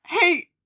hey